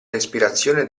respirazione